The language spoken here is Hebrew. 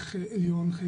עליון.